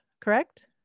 correct